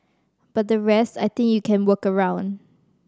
but the rest I think you can work around